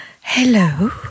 hello